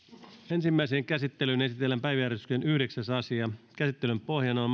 ensimmäiseen käsittelyyn esitellään päiväjärjestyksen kymmenes asia käsittelyn pohjana on